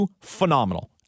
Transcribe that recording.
Phenomenal